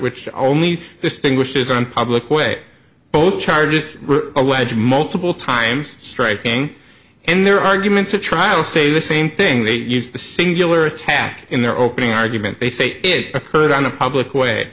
which only distinguishes on public way both charges a wedge multiple times striking in their arguments a trial say the same thing they used the singular attack in their opening argument they say it occurred on the public wa